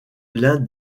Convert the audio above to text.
l’un